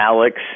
Alex